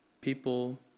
people